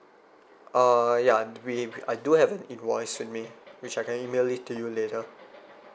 uh ya we I do have an invoice with me which I can email it to you later